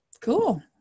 cool